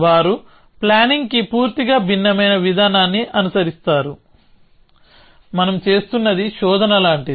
వారు ప్లానింగ్కి పూర్తిగా భిన్నమైన విధానాన్ని అనుసరిస్తారు మనం చేస్తున్నది శోధన లాంటిది